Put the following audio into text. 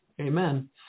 Amen